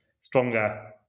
stronger